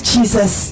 Jesus